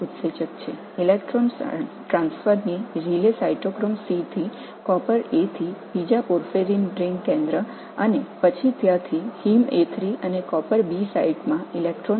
ஒட்டுமொத்தமாக இது எலக்ட்ரான் பரிமாற்றத்தின் ரிலே எல்லா வழிகளிலும் நடக்கிறது சைட்டோக்ரோம் C முதல் காப்பர் A வரை மற்றொரு பார்பயரின் மையத்திற்கும் பின்னர் அங்கிருந்து இறுதியாக எலக்ட்ரான் ஹீம் a3 மற்றும் காப்பர் B தளத்திற்கு வருகிறது